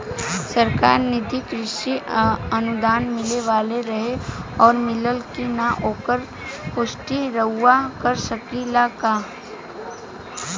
सरकार निधि से कृषक अनुदान मिले वाला रहे और मिलल कि ना ओकर पुष्टि रउवा कर सकी ला का?